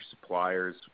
suppliers